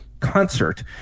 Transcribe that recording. concert